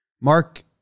Mark